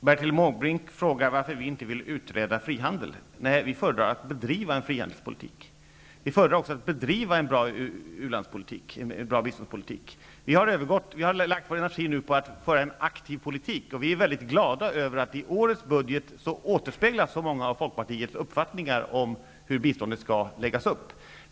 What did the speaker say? Fru talman! Bertil Måbrink frågar varför vi inte vill utreda frihandel. Vi föredrar att bedriva en frihandelspolitik. Vi föredrar också att bedriva en bra u-landspolitik och en bra biståndspolitik. Vi har nu lagt vår energi på att föra en aktiv politik, och vi är mycket glada över att så många av Folkpartiets uppfattningar om hur biståndet skall läggas upp återspeglas i årets budget.